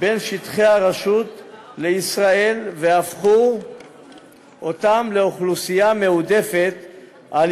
בין שטחי הרשות לישראל והפכו אותם לאוכלוסייה מועדפת על